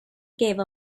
gave